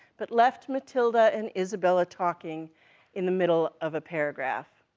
but left matilda and isabella talking in the middle of a paragraph.